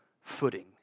footing